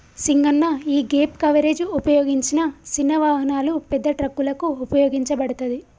సింగన్న యీగేప్ కవరేజ్ ఉపయోగించిన సిన్న వాహనాలు, పెద్ద ట్రక్కులకు ఉపయోగించబడతది